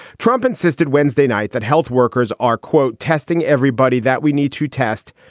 trump insisted wednesday night that health workers are, quote, testing everybody that we need to test.